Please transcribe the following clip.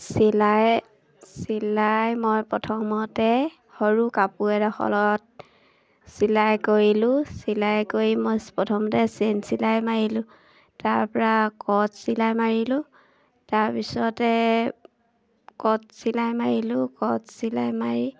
চিলাই চিলাই মই প্ৰথমতে সৰু কাপোৰ এডলত চিলাই কৰিলোঁ চিলাই কৰি মই প্ৰথমতে চেইন চিলাই মাৰিলোঁ তাৰপৰা কট চিলাই মাৰিলোঁ তাৰপিছতে কট চিলাই মাৰিলোঁ কট চিলাই মাৰি